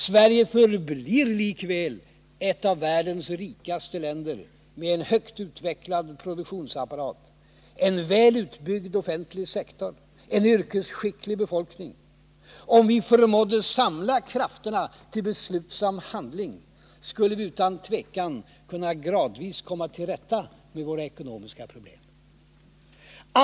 Sverige förblir likväl ett av världens rikaste länder med en högt utvecklad produktionsapparat, en väl utbyggd offentlig sektor, en yrkesskicklig befolkning. Om vi förmådde samla krafterna till beslutsam handling, skulle vi utan tvivel kunna gradvis komma till rätta med våra ekonomiska problem.